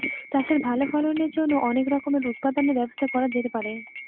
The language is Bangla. চাষের ভালো ফলনের জন্য অনেক রকমের উৎপাদনের ব্যবস্থা করা যেতে পারে